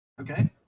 Okay